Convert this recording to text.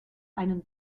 einen